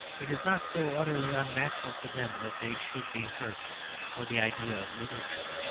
it is not so utterly unnatural to them that they should be hurt for the idea of literature.